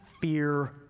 fear